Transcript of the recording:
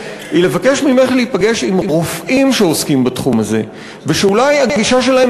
היא לבקש ממך להיפגש עם רופאים שאולי הגישה שלהם